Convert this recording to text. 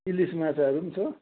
इलिस माछाहरू पनि छ